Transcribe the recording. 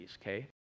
okay